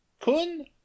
kun